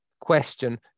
question